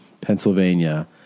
Pennsylvania